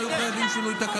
שום שינוי.